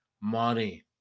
money